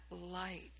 light